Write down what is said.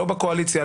לא בקואליציה,